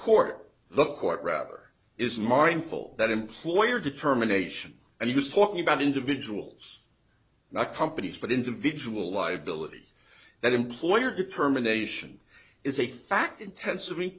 the court rather is mindful that employer determination and he was talking about individuals not companies but individual liability that employer determination is a fact intensive